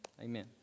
Amen